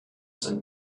sind